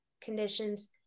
conditions